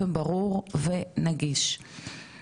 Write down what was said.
הוועדה מבקשת מרשות האוכלוסין מידע בנוגע